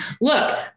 Look